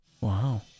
wow